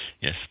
Yes